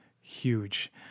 huge